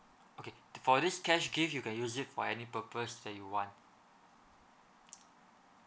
okay for this cash gift you can use it for any purpose that you want